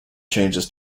changes